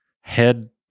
head